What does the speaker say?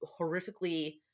horrifically